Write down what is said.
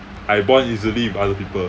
I bond easily with other people